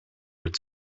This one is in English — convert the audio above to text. its